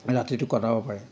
ৰাতিটো কটাব পাৰে